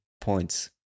points